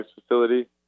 facility